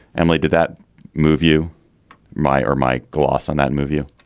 emily did that move you my or my gloss on that move you